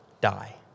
die